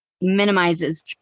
minimizes